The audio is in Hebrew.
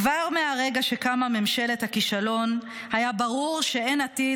כבר מהרגע שקמה ממשלת הכישלון היה ברור שאין עתיד,